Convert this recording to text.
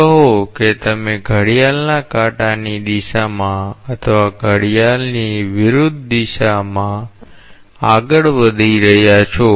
કહો કે તમે ઘડિયાળના કાંટાની દિશામાં અથવા ઘડિયાળની વિરુદ્ધ દિશામાં આગળ વધી રહ્યા છો